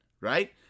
right